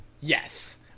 Yes